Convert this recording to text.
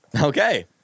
Okay